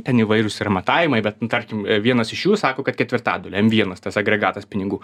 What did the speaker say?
ten įvairius yra matavimai bet tarkim vienas iš jų sako kad ketvirtadalį m vienas tas agregatas pinigų